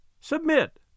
Submit